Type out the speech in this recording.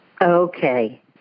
Okay